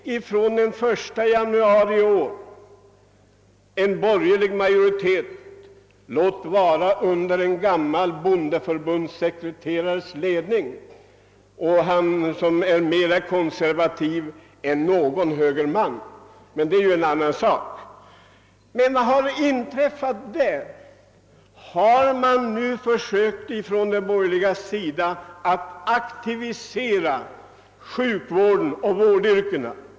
Vi fick från den 1 januari i år en borgerlig majoritet, låt vara under ledning av en gammal bondeförbundssekreterare, som är mera konservativ än någon högerman -— men det är en annan sak. Vad har nu inträffat? Har man på den borgerliga sidan försökt att aktivisera sjukvården och vårdyrkena?